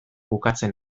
bukatzen